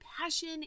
passion